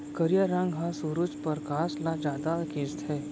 करिया रंग ह सुरूज परकास ल जादा खिंचथे